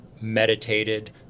meditated